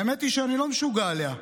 האמת היא שאני לא משוגע עליה,